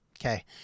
Okay